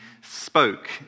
spoke